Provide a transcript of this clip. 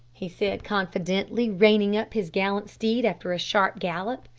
he said confidentially, reining up his gallant steed after a sharp gallop,